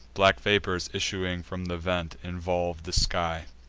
black vapors, issuing from the vent, involve the sky.